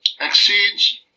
exceeds